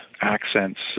accents